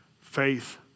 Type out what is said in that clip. faith